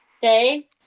day